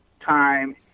time